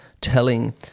telling